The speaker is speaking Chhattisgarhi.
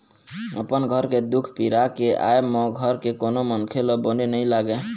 अपन घर के दुख पीरा के आय म घर के कोनो मनखे ल बने नइ लागे